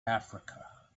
africa